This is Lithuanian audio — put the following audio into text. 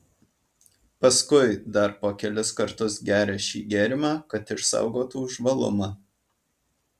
paskui dar po kelis kartus gerią šį gėrimą kad išsaugotų žvalumą